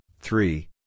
three